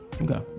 Okay